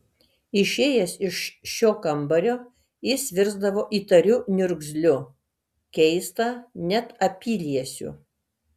išėjęs iš šio kambario jis virsdavo įtariu niurgzliu keista net apyliesiu